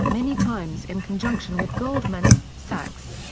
many times in conjunction with goldman, sachs.